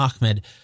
Ahmed